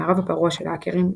המערב הפרוע של ההאקרים,